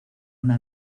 una